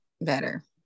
better